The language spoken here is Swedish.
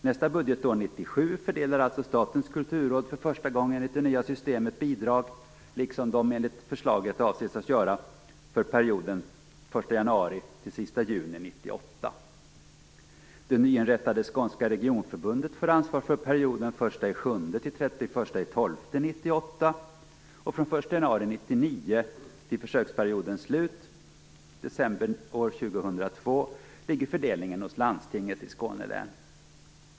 Nästa budgetår, 1997, fördelar alltså Statens kulturråd för första gången bidrag enligt det nya systemet liksom man enligt förslaget avses göra för perioden den till försöksperiodens slut i december år 2002 ligger fördelningen hos landstinget i Skåne län.